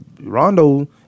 Rondo